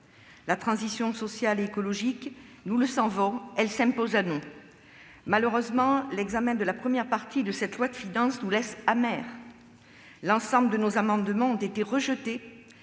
La transition sociale et écologique s'impose à nous. Malheureusement, l'examen de la première partie de ce projet de loi de finances nous laisse amers. L'ensemble de nos amendements a été rejeté,